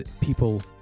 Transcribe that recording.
people